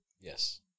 Yes